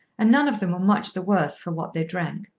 and none of them were much the worse for what they drank.